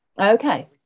Okay